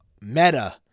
Meta